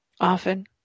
Often